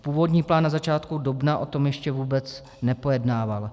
Původní plán na začátku dubna o tom ještě vůbec nepojednával.